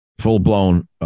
full-blown